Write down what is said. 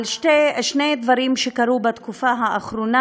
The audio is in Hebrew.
על שני דברים שקרו בתקופה האחרונה.